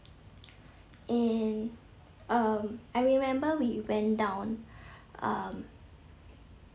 and um I remember we went down um